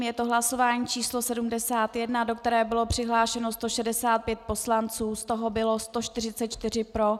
Je to hlasování číslo 71, do kterého bylo přihlášeno 165 poslanců, z toho bylo 144 pro.